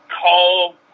call